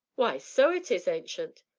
why, so it is, ancient.